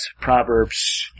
Proverbs